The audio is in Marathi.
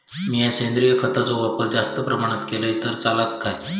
मीया सेंद्रिय खताचो वापर जास्त प्रमाणात केलय तर चलात काय?